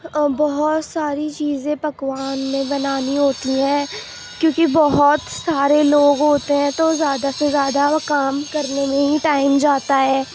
بہت ساری چیزیں پکوان میں بنانی ہوتی ہیں کیونکہ بہت سارے لوگ ہوتے ہیں تو زیادہ سے زیادہ وہ کام کرنے میں ہی ٹائم جاتا ہے